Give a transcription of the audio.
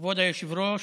כבוד היושבת-ראש,